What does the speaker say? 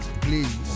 please